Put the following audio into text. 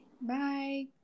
bye